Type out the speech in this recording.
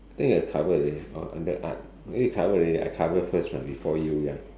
I think I cover already orh under art cover already I cover first right before you ya